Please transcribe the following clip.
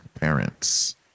parents